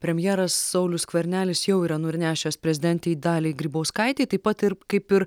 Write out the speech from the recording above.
premjeras saulius skvernelis jau yra nunešęs prezidentei daliai grybauskaitei taip pat ir kaip ir